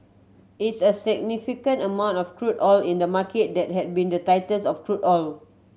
it's a significant amount of crude oil in the market that had been the tightest of crude oil